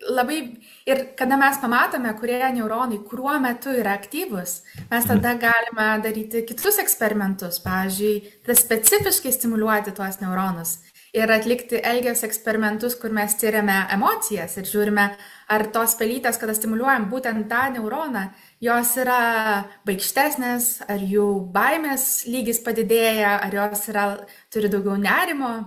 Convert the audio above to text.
labai ir kada mes pamatome kurie neuronai kuriuo metu yra aktyvūs mes tada galime daryti kitus eksperimentus pavyzdžiui specifiškai stimuliuoti tuos neuronus ir atlikti elgesio eksperimentus kur mes tiriame emocijas ir žiūrime ar tos pelytės kada stimuliuojam būtent tą neuroną jos yra baikštesnės ar jų baimės lygis padidėja ar jos yra turi daugiau nerimo